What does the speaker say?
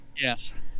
Yes